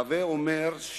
הווי אומר,